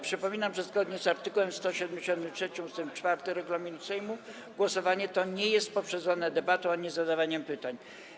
Przypominam, że zgodnie z art. 173 ust. 4 regulaminu Sejmu głosowanie to nie jest poprzedzone debatą ani zadawaniem pytań.